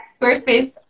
Squarespace